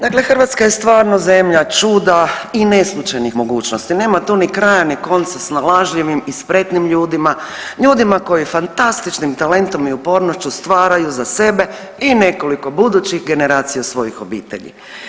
Dakle Hrvatska je stvarno zemlja čuda i neslućenih mogućnosti, nema tu ni kraja ni konca snalažljivim i spretnim ljudima, ljudima koji fantastičnim talentom i upornošću stvaraju za sebe i nekoliko budućih generacija svojih obitelji.